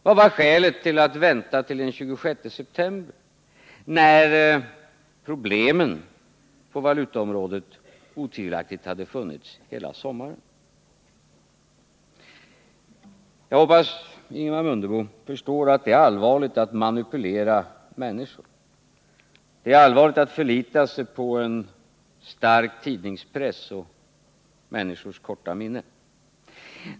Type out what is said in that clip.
Vad var skälen till att vänta till den 26 september, när problemen på valutaområdet otvivelaktigt hade funnits hela sommaren? Jag hoppas att Ingemar Mundebo förstår att det är allvarligt att manipulera människor. Det är allvarligt att förlita sig på människors korta minne.